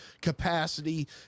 capacity